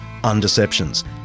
Undeceptions